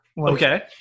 Okay